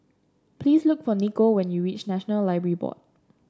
please look for Nico when you reach National Library Board